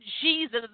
Jesus